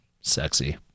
Sexy